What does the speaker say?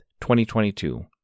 2022